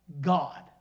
God